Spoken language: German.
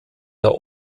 der